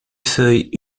feuilles